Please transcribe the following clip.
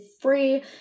free